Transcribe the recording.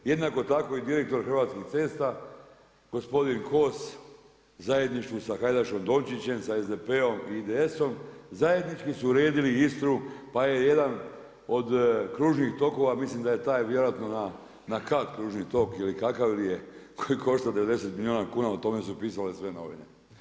Jednako tako i direktor Hrvatskih cesta gospodin Kos u zajedništvu sa Hajdaš Dončićem sa SDP-om i IDS-om zajednički su uredili Istru, pa je jedan od kružnih tokova mislim da je taj vjerojatno na kat kružni tok ili kakv li je koji košta 90 milijuna kuna o tome su pisale sve novine.